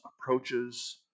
approaches